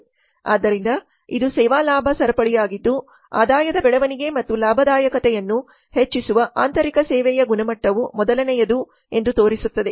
ಆದ್ದರಿಂದ ಇದು ಸೇವಾ ಲಾಭ ಸರಪಳಿಯಾಗಿದ್ದು ಆದಾಯದ ಬೆಳವಣಿಗೆ ಮತ್ತು ಲಾಭದಾಯಕತೆಯನ್ನು ಹೆಚ್ಚಿಸುವ ಆಂತರಿಕ ಸೇವೆಯ ಗುಣಮಟ್ಟವು ಮೊದಲನೆಯದು ಎಂದು ತೋರಿಸುತ್ತದೆ